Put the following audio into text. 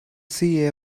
see